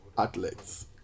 athletes